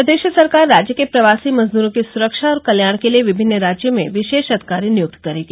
प्रदेश सरकार राज्य के प्रवासी मजदूरों की सुरक्षा और कल्याण के लिए विभिन्न राज्यों में विशेष अधिकारी नियुक्त करेगी